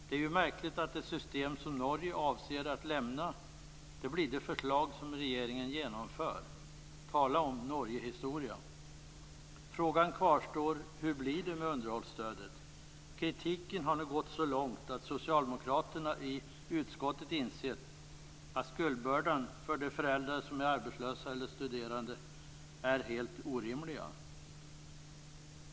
Det är ju märkligt att det system som Norge avser att lämna blir det förslag som regeringen genomför. Tala om Norgehistoria! Frågan kvarstår: Hur blir det med underhållsstödet? Kritiken har nu gått så långt att socialdemokraterna i utskottet insett att skuldbördan för de föräldrar som är arbetslösa eller studerande är helt orimlig.